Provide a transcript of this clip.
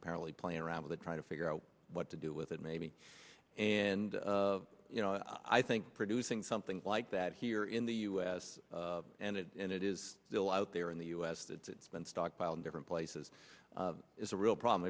apparently playing around with it trying to figure out what to do with it maybe and you know i think producing something like that here in the u s and it and it is still out there in the u s that it's been stockpiled different places it's a real problem